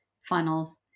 funnels